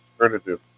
alternative